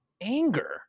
anger